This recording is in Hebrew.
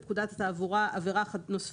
בשנת 2018 נוספה לפקודת התעבורה עבירה חדשה.